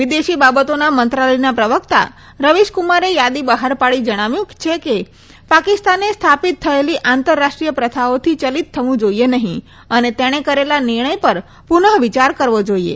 વિદેશી બાબતોના મંત્રાલયના પ્રવકતા રવીશકુમારે યાદી બહાર પાડી જણાવ્યું છે કે પાકિસ્તાને સ્થાપિત થયેલી આંતરરાષ્ટ્રીય પ્રથાઓથી ચલીત થવું જોઈએ નહી અને તેણે કરેલા નિર્ણય પર પુનઃ વિચાર કરવો જોઈએ